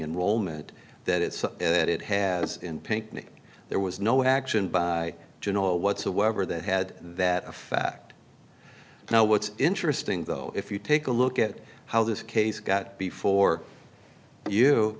enrollment that it so that it has pinckney there was no action by june or whatsoever that had that effect now what's interesting though if you take a look at how this case got before you